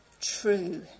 true